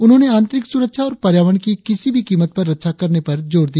उन्होंने आंतरिक सुरक्षा और पर्यावरण की किसी भी कीमत पर रक्षा करने पर जोर दिया